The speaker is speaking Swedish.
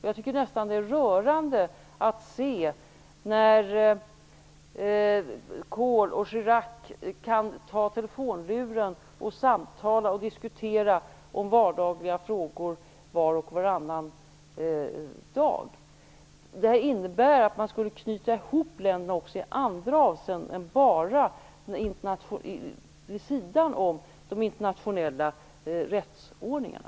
Jag tycker nästan det är rörande att se att Kohl och Chirac kan ta telefonluren och samtala och diskutera vardagliga frågor var och varannan dag. Det här innebar också att man skulle knyta ihop länderna även i andra avseenden, vid sidan om de internationella rättsordningarna.